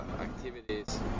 activities